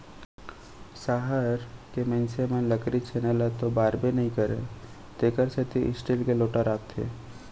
सहर के मनसे मन लकरी छेना ल तो बारबे नइ करयँ तेकर सेती स्टील के लोटा राखथें